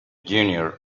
junior